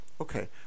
okay